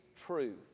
truth